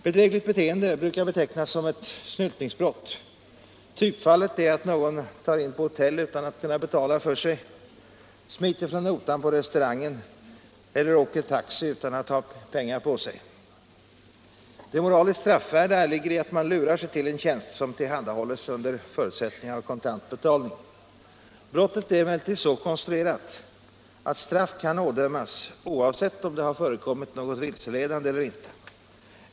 Bedrägligt beteende brukar betecknas som ett snyltningsbrott. Typfallet är att någon tar in på hotell utan att kunna betala för sig, smiter från notan på restaurangen eller åker taxi utan att ha pengar på sig. Det moraliskt straffvärda ligger i att man lurar sig till en tjänst som tillhandahålles under förutsättning av kontant betalning. Brottet är emellertid så konstruerat att straff kan ådömas oavsett om det har förekommit något vilseledande eller inte.